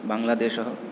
बाङ्ग्लादेशः